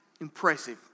impressive